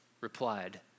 replied